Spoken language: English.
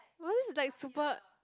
was this like super